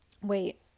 wait